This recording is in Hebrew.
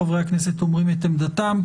חברי הכנסת אומרים את עמדתם.